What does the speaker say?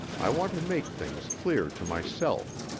i want to make things clear to myself,